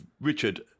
Richard